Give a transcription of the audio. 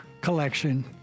collection